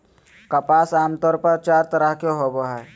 कपास आमतौर पर चार तरह के होवो हय